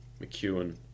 McEwen